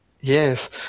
yes